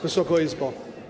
Wysoka Izbo!